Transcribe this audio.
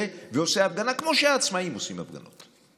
ועושה הפגנה כמו שהעצמאים עושים הפגנות.